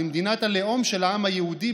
למדינת הלאום של העם היהודי,